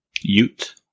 Ute